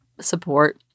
support